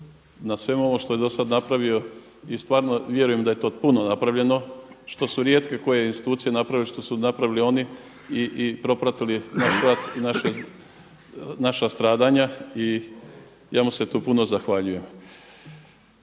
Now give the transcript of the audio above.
na svemu onome što je dosad napravio i stvarno vjerujem da je to puno napravljeno, što su rijetko koje institucije napravile što su napravili ona i propratili naš rat i naša stradanja, i ja mu se tu puno zahvaljujem.